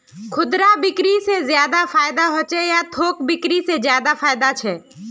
खुदरा बिक्री से ज्यादा फायदा होचे या थोक बिक्री से ज्यादा फायदा छे?